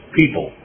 people